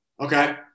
Okay